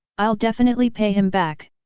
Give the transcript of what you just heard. i'll definitely pay him back!